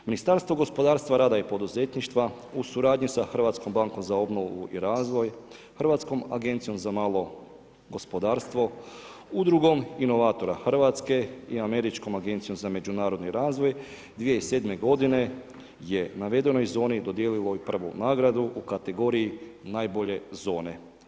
Ministarstvo gospodarstva, rada i poduzetništva u suradnji sa Hrvatskom bankom za obnovu i razvoju, Hrvatskom agencijom za malo gospodarstvo, Udrugom inovatora Hrvatske i Američkom agencijom za međunarodni razvoj, 2007. godine je navedenoj zoni dodijelilo i prvu nagradu u kategoriji najbolje zone.